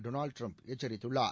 Donald Trump எச்சரித்துள்ளார்